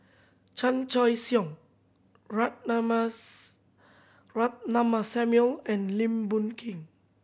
Chan Choy Siong Rock Ratnammah Samuel and Lim Boon Keng